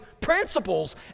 principles